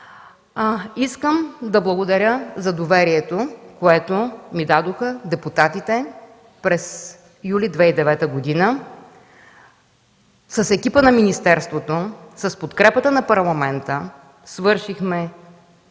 Искам да благодаря за доверието, което ми дадоха депутатите през месец юли 2009 г. С екипа на министерството, с подкрепата на Парламента извършихме